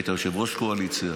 היית ראש קואליציה.